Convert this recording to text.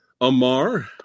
Amar